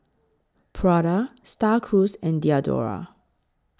Prada STAR Cruise and Diadora